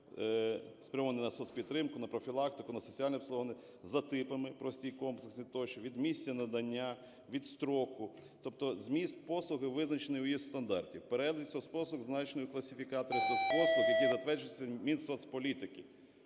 спрямовані на соцпідтримку, на профілактику, на соціальне обслуговування, за типами – прості і комплексні тощо, від місця надання, від строку. Тобто зміст послуг визначений у її стандарті. Перелік соцпослуг зазначений у класифікаторі соцпослуг, який затверджується Мінсоцполітики.